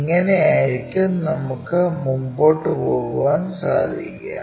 ഇങ്ങിനെ ആയിരിക്കും നമുക്കു മുൻപോട്ടു പോകാൻ സാധിക്കുക